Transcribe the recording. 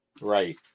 Right